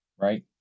right